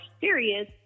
serious